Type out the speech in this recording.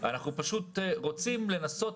אנחנו פשוט רוצים לנסות,